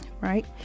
right